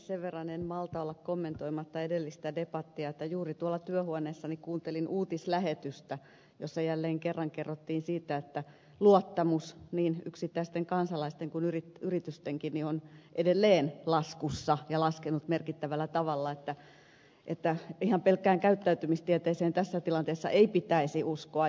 sen verran en malta olla kommentoimatta edellistä debattia että juuri tuolla työhuoneessani kuuntelin uutislähetystä jossa jälleen kerran kerrottiin siitä että luottamus niin yksittäisten kansalaisten kuin yritystenkin on edelleen laskussa ja on laskenut merkittävällä tavalla niin että ihan pelkkään käyttäytymistieteeseen tässä tilanteessa ei pitäisi uskoa